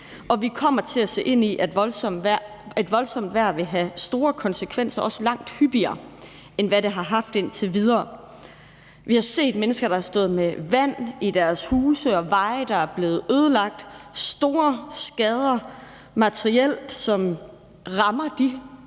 og vi kommer til at se ind i, at voldsomt vejr vil have store konsekvenser og også komme langt hyppigere, end hvad vi har set indtil videre. Vi har set mennesker, der har stået med vand i deres huse, og veje, der er blevet ødelagt, og der har været store skader materielt, som rammer de